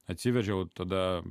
atsivežiau tada